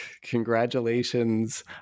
Congratulations